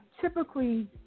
typically